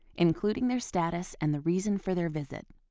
including their status and the reason for their visit.